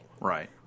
Right